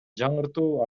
жаңыртуу